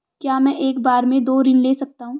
क्या मैं एक बार में दो ऋण ले सकता हूँ?